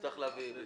--- נמשיך עם ההקראה.